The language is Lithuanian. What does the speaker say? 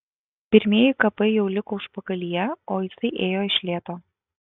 pirmieji kapai jau liko užpakalyje o jisai ėjo iš lėto